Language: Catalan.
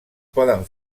poden